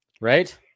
Right